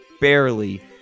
barely